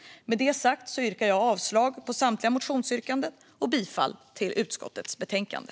Med det sagt yrkar jag avslag på samtliga motionsyrkanden och bifall till förslaget i utskottets betänkande.